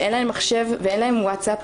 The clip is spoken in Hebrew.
שאין להן מחשב ואין להן וואטסאפ,